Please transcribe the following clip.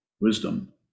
Wisdom